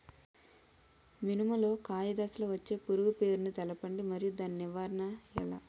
మినుము లో కాయ దశలో వచ్చే పురుగు పేరును తెలపండి? మరియు దాని నివారణ ఎలా?